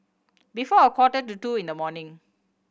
before a quarter to two in the morning